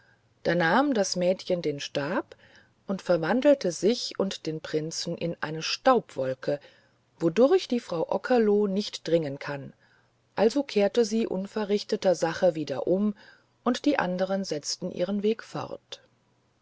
da nahm das mädchen den stab und verwandelte sich und den prinzen in eine staubwolke wodurch die frau okerlo nicht dringen kann also kehrte sie unverrichteter sache wieder um und die andern setzten ihren weg fort